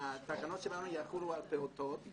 שהתקנות שלנו יחולו על פעוטות,